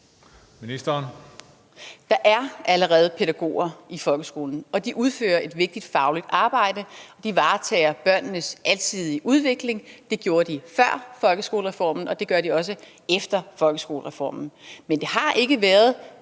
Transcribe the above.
Riisager): Der er allerede pædagoger i folkeskolen, og de udfører et vigtigt fagligt arbejde. De varetager børnenes alsidige udvikling. Det gjorde de før folkeskolereformen, og det gør de også efter folkeskolereformen, men det har ikke været